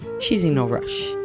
she's in no rush.